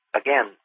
again